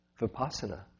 Vipassana